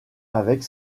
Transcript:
avec